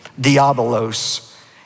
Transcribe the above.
diabolos